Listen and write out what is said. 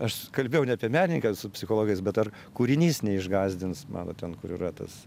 aš kalbėjau ne apie menininką su psichologais bet ar kūrinys neišgąsdins mano ten kur yra tas